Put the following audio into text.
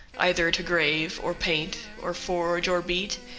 either to grave, or paint, or forge, or beat,